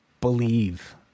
believe